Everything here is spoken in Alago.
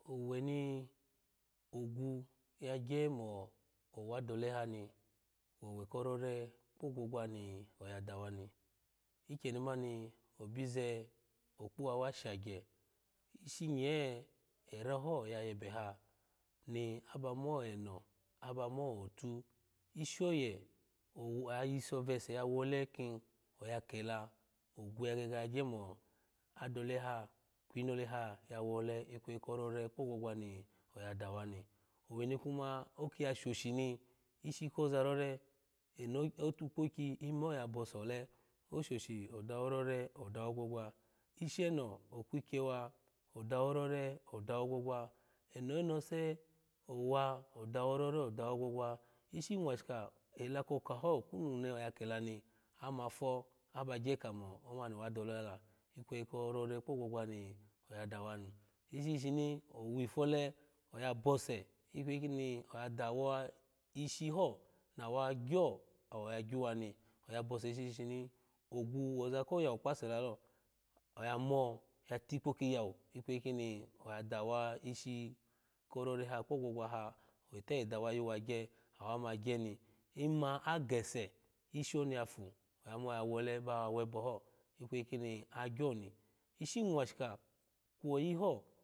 Owe ni ogu ya gye mo owadole hani owe korore kpo ogwogwa ni oya dawa ni ikyeni mani obize okpuwa wa shagye ishinye era ho yaye be ha ni aba mo eno aba mo otu ishi oye ow agiso vese ya wole kinyakela ogu ya gege ya gye mo adole ha kwi inole ha ya wole ikweyi ko rore kpo ogwogwa ni oya dawa ni owe ni kuma oki ya shoshi ni ishi koza rore eno itikpokyi ime oya bose ole oshoshi odawo rore odawo gwogwa enonose owa odawo rore odawo gwogwa ishi nwashika ela koka ho okunu ni oya kela ni ama fo kamo omani wadole ha la ikeyi korere kpo gwogwa ni oya dawa ni ishi shishini owi fole oya bose ikweyi kini oya dawa ishi ho na wa gyo awoyagyawa ni oya base ishishini ogu woza koyawu kpase lalo oya mo yati kpo kiyawu ikweyi kini oya dawa ishi ko rore ha kpo gwogwa ha oyite dawa yuwa gye awa ma gyeni iinma a gese ishi oni yafu anuwa ba wole ba webe ho ikweyi kini agyo ni ishi nwashika kwo oyi ho.